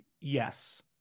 Yes